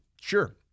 sure